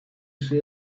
see